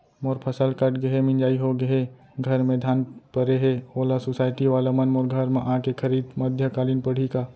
मोर फसल कट गे हे, मिंजाई हो गे हे, घर में धान परे हे, ओला सुसायटी वाला मन मोर घर म आके खरीद मध्यकालीन पड़ही का?